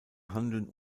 handeln